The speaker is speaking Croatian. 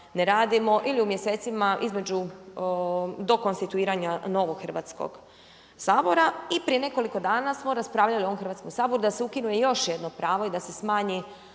ne radimo ili u mjesecima između, do konstituiranja novog Hrvatskog sabora. I prije nekoliko dana smo raspravljali u ovom Hrvatskom saboru da se ukine još jedno pravo i da se smanji